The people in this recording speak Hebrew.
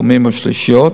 תאומים או שלישיות,